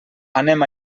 anem